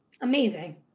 Amazing